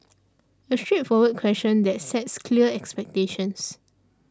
a straightforward question that sets clear expectations